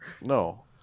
No